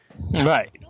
Right